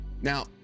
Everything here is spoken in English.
Now